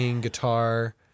guitar